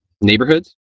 neighborhoods